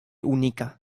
unika